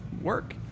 work